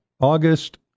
August